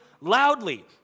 loudly